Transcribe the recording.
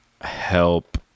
help